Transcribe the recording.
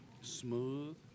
smooth